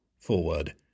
Forward